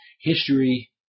History